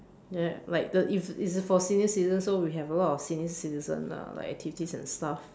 ya like the if it's for senior citizen so we have a lot of senior citizens lah like activities and stuff